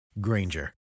Granger